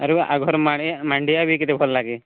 ଆରୁ ଆଗର ମାଣି ମାଣ୍ଡିଆ ବିକ୍ରି ଭଲ ଲାଗେ